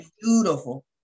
beautiful